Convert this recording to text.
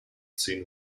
zehn